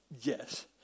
Yes